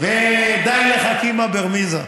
ודי לחכימא ברמיזא.